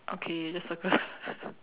okay just circle the